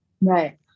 Right